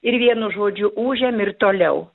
ir vienu žodžiu ūžiam ir toliau